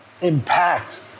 impact